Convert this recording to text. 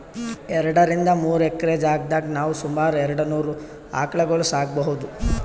ಎರಡರಿಂದ್ ಮೂರ್ ಎಕ್ರೆ ಜಾಗ್ದಾಗ್ ನಾವ್ ಸುಮಾರ್ ಎರಡನೂರ್ ಆಕಳ್ಗೊಳ್ ಸಾಕೋಬಹುದ್